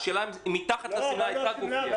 השאלה אם מתחת לשמלה הייתה גופייה.